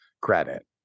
credit